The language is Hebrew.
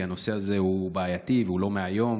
כי הנושא הזה הוא בעייתי והוא לא מהיום,